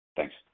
Thanks